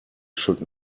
should